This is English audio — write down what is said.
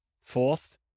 fourth